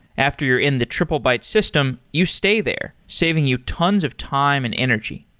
after you're in the triplebyte system, you stay there, saving you tons of time and energy.